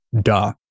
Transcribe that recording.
duh